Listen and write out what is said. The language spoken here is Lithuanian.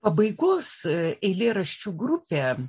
pabaigos eilėraščių grupė